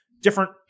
different